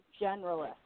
generalist